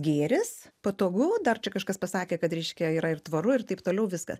gėris patogu dar čia kažkas pasakė kad reiškia yra ir tvorų ir taip toliau viską